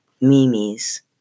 Mimi's